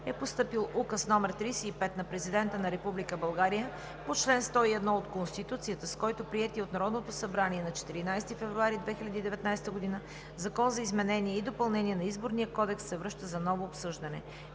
е постъпил Указ № 35 на Президента на Република България по чл. 101 от Конституцията, с който приетият от Народното събрание на 14 февруари 2019 г. Закон за изменение и допълнение на Изборния кодекс се връща за ново обсъждане.